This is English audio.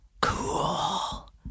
cool